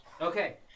okay